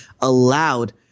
allowed